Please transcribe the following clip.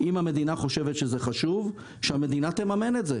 אם המדינה חושבת שזה חשוב שהמדינה תממן את זה.